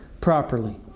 properly